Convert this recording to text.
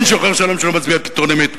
אין שוחר שלום שלא מצביע פתרון אמת,